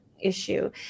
issue